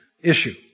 issue